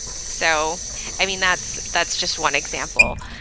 so i mean that's that's just one example,